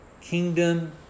kingdom